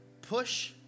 push